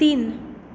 तीन